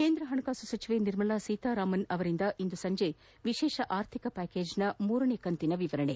ಕೇಂದ್ರ ಹಣಕಾಸು ಸಚಿವೆ ನಿರ್ಮಲಾ ಸೀತಾರಾಮನ್ ಅವರಿಂದ ಇಂದು ಸಂಜೆ ವಿಶೇಷ ಆರ್ಥಿಕ ಪ್ಯಾಕೇಜ್ನ ಮೂರನೇ ಕಂತಿನ ವಿವರಣೆ